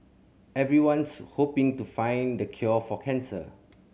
everyone's hoping to find the cure for cancer